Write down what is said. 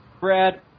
Brad